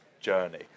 journey